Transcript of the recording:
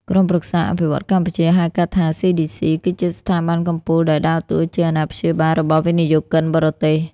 ក្រុមប្រឹក្សាអភិវឌ្ឍន៍កម្ពុជា ហៅកាត់ថា CDC គឺជាស្ថាប័នកំពូលដែលដើរតួជា "អាណាព្យាបាល" របស់វិនិយោគិនបរទេស។